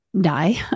die